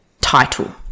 title